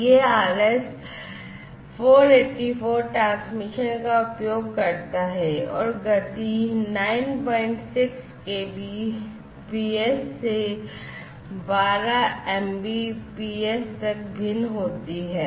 यह RS 484 transmission का उपयोग करता है और गति 96 Kbps से 12 Mbps तक भिन्न होती है